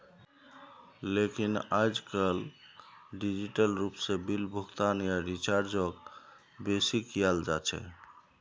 लेकिन आयेजकल डिजिटल रूप से बिल भुगतान या रीचार्जक बेसि कियाल जा छे